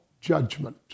judgment